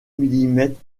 millimètres